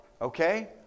okay